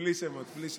בלי שמות, בלי שמות.